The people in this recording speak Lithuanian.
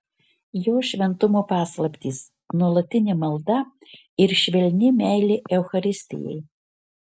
jo šventumo paslaptys nuolatinė malda ir švelni meilė eucharistijai